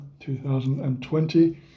2020